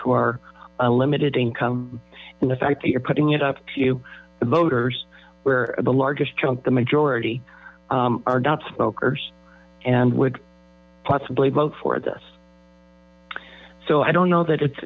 who are a limited income and the fact that you're putting it up to the voters where the largest chunk the majority are smokers and would possibly vote for this so i don't know that it's